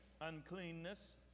uncleanness